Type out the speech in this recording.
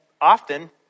often